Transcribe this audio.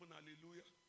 Hallelujah